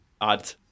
add